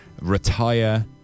Retire